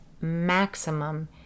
maximum